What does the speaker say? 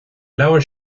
leabhar